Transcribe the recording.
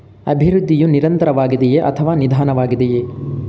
ಅಭಿವೃದ್ಧಿಯು ನಿರಂತರವಾಗಿದೆಯೇ ಅಥವಾ ನಿಧಾನವಾಗಿದೆಯೇ?